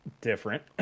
different